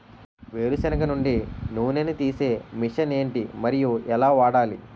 వేరు సెనగ నుండి నూనె నీ తీసే మెషిన్ ఏంటి? మరియు ఎలా వాడాలి?